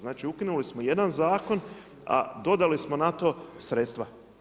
Znači ukinuli smo jedan zakon, a dodali smo na to sredstva.